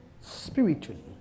spiritually